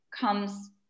comes